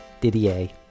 Didier